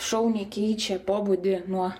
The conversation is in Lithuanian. šauniai keičia pobūdį nuo